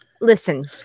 Listen